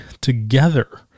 together